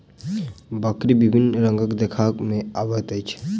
बकरी विभिन्न रंगक देखबा मे अबैत अछि